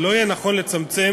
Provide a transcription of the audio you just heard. ולא יהיה נכון לצמצם